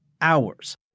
hours